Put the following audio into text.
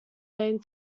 name